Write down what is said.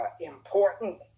Important